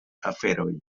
aferoj